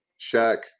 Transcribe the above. Shaq